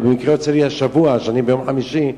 ובמקרה יוצא לי השבוע ביום חמישי,